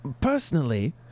personally